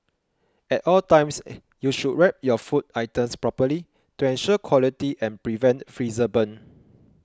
at all times you should wrap your food items properly to ensure quality and prevent freezer burn